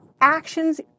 actions